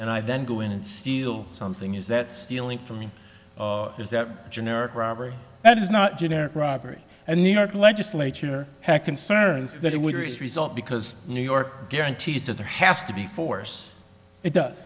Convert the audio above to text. i then go in and steal something is that stealing from me is that generic robbery that is not generic robbery and new york legislature had concerns that it would result because new york guarantees that there has to be force it does